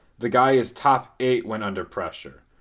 the guy is top eight when under pressure,